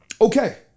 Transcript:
Okay